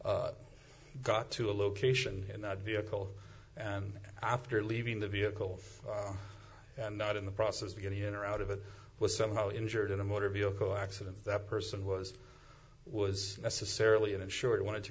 insured got to a location in that vehicle and after leaving the vehicle and not in the process of getting in or out of it was somehow injured in a motor vehicle accident that person was was necessarily uninsured wanted to